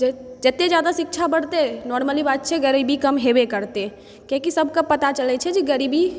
जते जादा शिक्षा बढ़तै नोर्मले बात छै गरीबी कम हेबे करतै कियाकि सबके पता चलै छै जे गरीबी